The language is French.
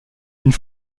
une